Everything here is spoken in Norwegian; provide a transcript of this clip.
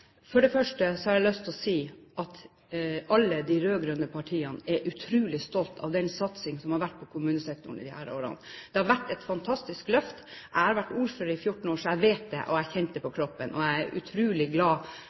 For det første har jeg lyst til å si at alle de rød-grønne partiene er utrolig stolte av den satsingen som har vært på kommunesektoren i disse årene. Det har vært et fantastisk løft. Jeg har vært ordfører i 14 år, så jeg vet det, og jeg har kjent det på kroppen. Jeg er utrolig glad